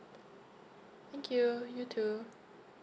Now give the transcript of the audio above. thank you you too